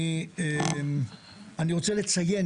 אני רוצה לציין,